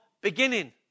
beginning